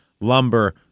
lumber